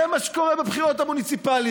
זה מה שקורה בבחירות המוניציפליות.